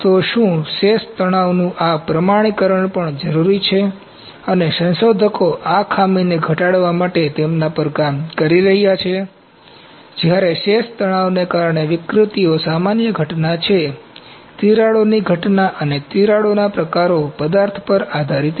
તો શું શેષ તણાવનું આ પ્રમાણીકરણ પણ જરૂરી છે અને સંશોધકો આ ખામીને ઘટાડવા માટે તેમના પર કામ કરી રહ્યા છે જ્યારે શેષ તણાવને કારણે વિકૃતિઓ સામાન્ય ઘટના છે તિરાડોની ઘટના અને તિરાડોના પ્રકારો પદાર્થ પર આધારિત છે